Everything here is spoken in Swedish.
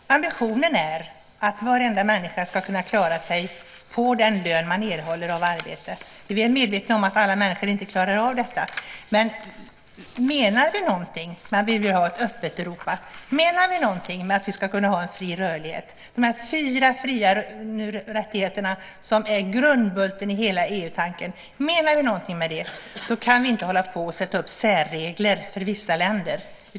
Fru talman! Egenförsörjning gäller precis som för svenska medborgare. Ambitionen är att varenda människa ska kunna klara sig på den lön man erhåller av arbete. Vi är väl medvetna om att inte alla människor klarar av det. Om vi menar något med att vi vill ha ett öppet Europa, om vi menar något med att vi ska ha fri rörlighet - de fyra fria rättigheterna som är grundbulten i hela EU-tanken - kan vi inte sätta upp särregler för vissa länder.